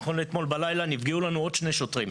נכון לאתמול בלילה נפגעו לנו עוד שני שוטרים,